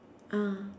ah